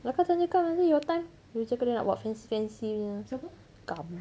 kakak tanya qam tanya your time macam kena nak buat fancy fancy nya gam